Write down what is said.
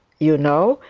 you know,